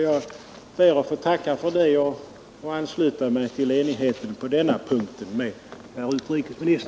Jag ber att få tacka för detta och ansluter mig till enigheten på denna punkt.